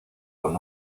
con